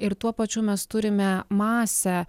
ir tuo pačiu mes turime masę